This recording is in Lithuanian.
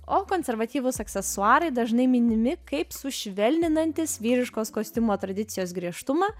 o konservatyvūs aksesuarai dažnai minimi kaip sušvelninantys vyriškos kostiumo tradicijos griežtumą